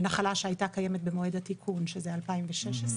נחלה שהייתה קיימת במועד התיקון שזה 2016,